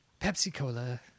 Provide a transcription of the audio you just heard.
Pepsi-Cola